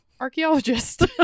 Archaeologist